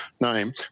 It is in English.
name